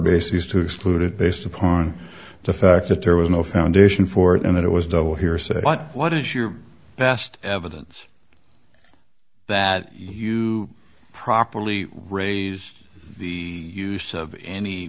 basis to exclude it based upon the fact that there was no foundation for it and that it was double hearsay but what is your best evidence that you properly raise the use of any